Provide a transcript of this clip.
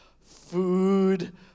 food